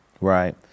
Right